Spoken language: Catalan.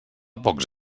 pocs